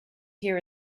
here